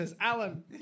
Alan